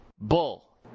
Bull